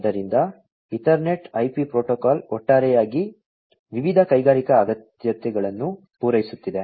ಆದ್ದರಿಂದ Ethernet IP protocol ಒಟ್ಟಾರೆಯಾಗಿ ವಿವಿಧ ಕೈಗಾರಿಕಾ ಅಗತ್ಯಗಳನ್ನು ಪೂರೈಸುತ್ತಿದೆ